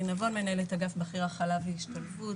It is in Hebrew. אני מנהלת אגף בכיר הכלה והשתלבות,